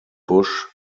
bush